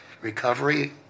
recovery